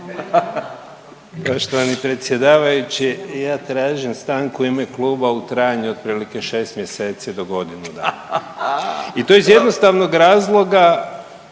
Poštovani predsjedavajući. Ja tražim stanku u ime klub u trajanju otprilike šest mjeseci do godinu dana i to iz jednostavnog razloga